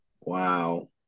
Wow